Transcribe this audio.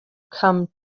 come